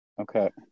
okay